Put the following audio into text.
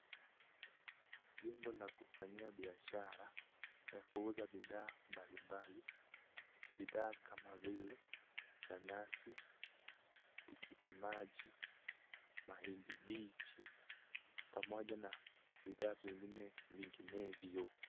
Jimbo la kufanyia biashara ya kuuza bidhaa mbalimbali . Bidhaa kama vile nanasi, tikiti maji, mahindi bichi pamoja na bidhaa vingine vinginevyo.